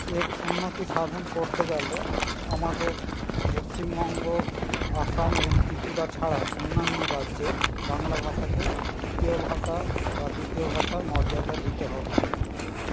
এর উন্নতিসাধন করতে গেলে আমাদের পশ্চিমবঙ্গ আসাম এবং ত্রিপুরা ছাড়া অন্যান্য রাজ্যে বাংলা ভাষাকে তৃতীয় ভাষা বা দ্বিতীয় ভাষার মর্যাদা দিতে হবে